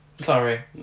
sorry